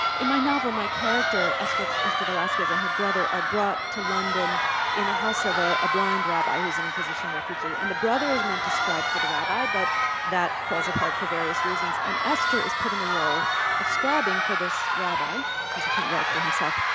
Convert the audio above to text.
in my novel, my character esther velasquez and her brother are brought to london in the house of a blind rabbi who's an inquisition refugee, and the brother is meant to scribe for the rabbi, but that falls apart for various reasons, and esther is put in the role of scribing for this rabbi, cause he can't write for himself,